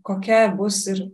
kokia bus ir